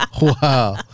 Wow